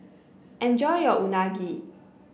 enjoy your Unagi